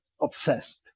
obsessed